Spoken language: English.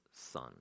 son